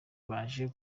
baje